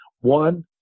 one